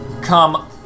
come